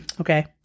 Okay